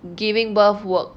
giving birth work